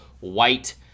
white